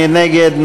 מי נגד?